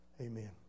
amen